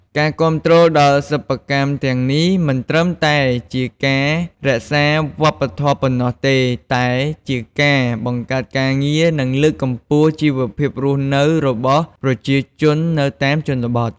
ការគាំទ្រដល់សិប្បកម្មទាំងនេះ មិនត្រឹមតែជាការរក្សាវប្បធម៌ប៉ុណ្ណោះទេ តែជាការបង្កើតការងារ និងលើកកម្ពស់ជីវភាពរស់នៅរបស់ប្រជាជននៅតាមជនបទ។